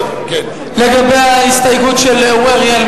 לגבי ההסתייגות של אורי אריאל,